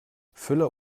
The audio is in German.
füller